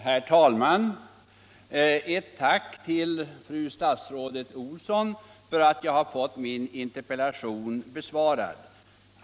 Herr talman! Jag vill rikta ett tack till fru statsrådet Olsson för att jag har fått min interpellation besvarad.